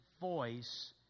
voice